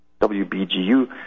WBGU